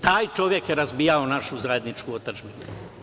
Taj čovek je razvijao našu zajedničku otadžbinu.